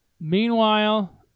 Meanwhile